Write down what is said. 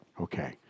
Okay